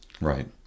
Right